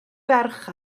ferch